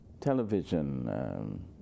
television